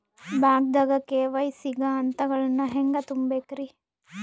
ಬ್ಯಾಂಕ್ದಾಗ ಕೆ.ವೈ.ಸಿ ಗ ಹಂತಗಳನ್ನ ಹೆಂಗ್ ತುಂಬೇಕ್ರಿ?